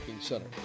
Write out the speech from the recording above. Center